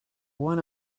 one